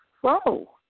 Whoa